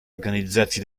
organizzati